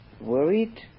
worried